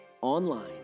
online